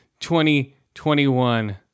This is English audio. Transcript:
2021